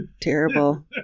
terrible